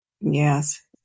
Yes